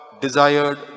desired